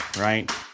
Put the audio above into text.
right